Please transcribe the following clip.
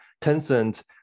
Tencent